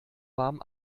warm